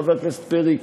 חבר הכנסת פרי,